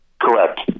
Correct